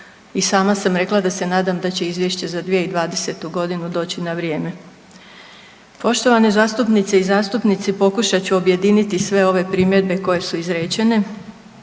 I sama sam rekla da se nadam da će izvješće za 2020. godinu doći na vrijeme. Poštovane zastupnice i zastupnici pokušat ću objediniti sve ove primjedbe koje su izrečene.